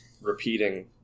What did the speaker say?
repeating